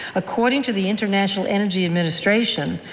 according to the international energy administration,